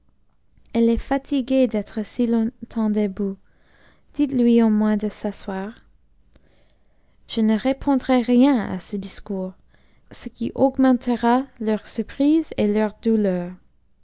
eiieest fatiguée d'être si longtemps debout dites-lui au moins de s'asseoir je ne répondrai rien à ce discours ce qui augmentera leur surprise et leur douleur